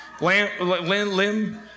limb